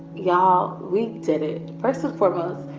y'all we did it. first and foremost,